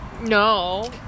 No